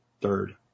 third